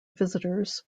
visitors